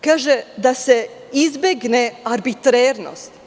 Kaže – da se izbegne arbitrarnost.